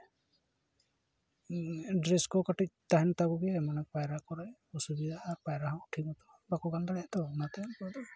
dress ᱠᱚ ᱠᱟᱹᱴᱤᱡ ᱛᱟᱦᱮᱱ ᱛᱟᱠᱚ ᱜᱮᱭᱟ ᱢᱟᱱᱮ ᱯᱟᱭᱨᱟ ᱠᱚᱨᱮᱫ ᱚᱥᱩᱵᱤᱫᱟᱜᱼᱟ ᱟᱨ ᱯᱟᱭᱨᱟ ᱦᱚᱸ ᱴᱷᱤᱠ ᱢᱚᱛᱚ ᱵᱟᱠᱚ ᱜᱟᱱ ᱫᱟᱲᱮᱭᱟᱜᱼᱟ ᱛᱚ ᱚᱱᱟᱛᱮ ᱩᱱᱠᱩᱣᱟᱜ ᱫᱚ